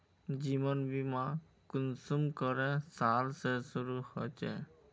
जीवन बीमा कुंसम करे साल से शुरू होचए?